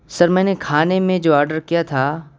سر میں نے کھانے میں جو آڈر کیا تھا